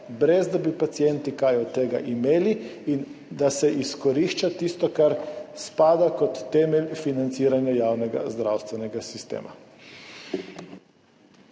brez da bi pacienti kaj od tega imeli in da se izkorišča tisto, kar je temelj financiranja javnega zdravstvenega sistema.